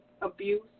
abuse